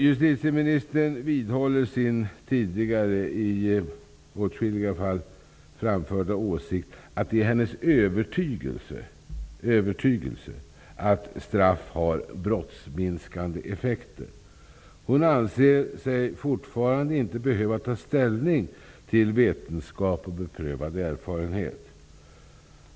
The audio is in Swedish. Justitieministern vidhåller sin tidigare, i flera fall framförda, åsikt att det är hennes övertygelse att straff har brottsminskande effekter. Hon anser sig alltså fortfarande inte behöva ta ställning till vetenskap och beprövad erfarenhet.